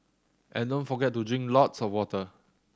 and don't forget to drink lots of water